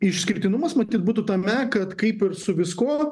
išskirtinumas matyt būtų tame kad kaip ir su viskuo